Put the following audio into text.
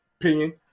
opinion